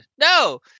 No